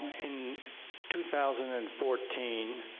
in two thousand and fourteen,